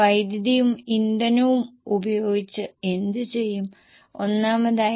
തുടർന്ന് 2015 ലേക്ക് പ്രൊജക്റ്റ് ചെയ്യാൻ ശ്രമിക്കുക